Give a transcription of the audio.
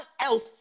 else